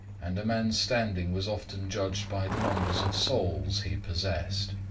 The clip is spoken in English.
and a man's standing was often judged by the numbers of souls he possessed.